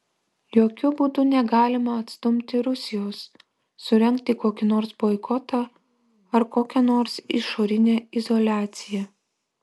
jokiu būdu negalima atstumti rusijos surengti kokį nors boikotą ar kokią nors išorinę izoliaciją